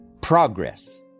Progress